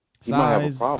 Size